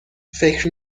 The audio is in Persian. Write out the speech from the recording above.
فکر